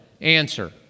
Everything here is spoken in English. answer